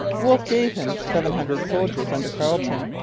wolfe gave him seven hundred soldiers under carleton.